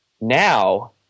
Now